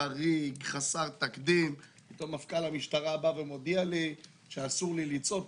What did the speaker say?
חריג וחסר תקדים פתאום מפכ"ל המשטרה בא ומודיע לי שאסור לי לצעוד,